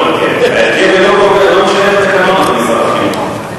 ההרכב לא משנה את התקנון, אדוני שר החינוך.